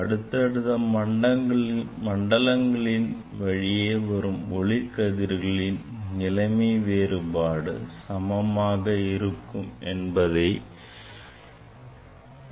அடுத்தடுத்த மண்டலங்களின் வழியே வரும் ஒளிக் கதிர்களின் நிலைமை வேறுபாடு சமமாக இருக்கும் என்பதை நாம் விளக்க முடியும்